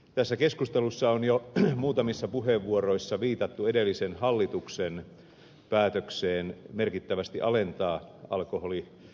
tässä keskustelussa on jo muutamissa puheenvuoroissa viitattu edellisen hallituksen päätökseen merkittävästi alentaa alkoholiverotusta